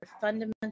fundamental